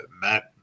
Matt